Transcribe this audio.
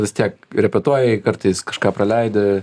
vis tiek repetuoji kartais kažką praleidi